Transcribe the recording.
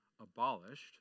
abolished